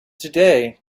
today